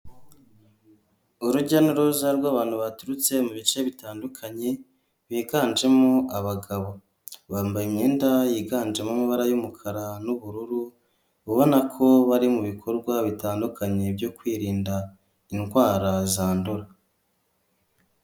Urujya n'uruza rw'abantu baturutse mu bice bitandukanye, biganjemo abagabo, bambaye imyenda yiganjemo amabara y'umukara n'ubururu, ubona ko bari mu bikorwa bitandukanye byo kwirinda indwara zandura.